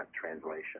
translation